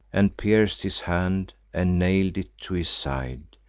and pierc'd his hand, and nail'd it to his side,